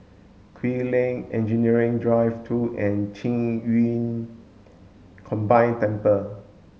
Kew Lane Engineering Drive two and Qing Yun Combined Temple